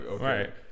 Right